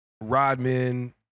Rodman